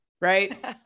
right